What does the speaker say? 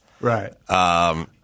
Right